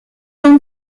own